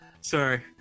Sorry